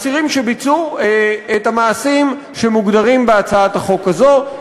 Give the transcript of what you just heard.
אסירים שביצעו את המעשים שמוגדרים בהצעת החוק הזאת,